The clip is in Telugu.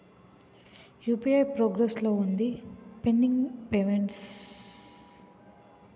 యు.పి.ఐ ప్రాసెస్ లో వుంది పెండింగ్ పే మెంట్ వస్తుంది ఎన్ని రోజుల్లో పరిష్కారం అవుతుంది